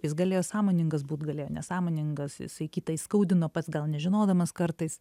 jis galėjo sąmoningas būt galėjo nesąmoningas jisai kitą įskaudino pats gal nežinodamas kartais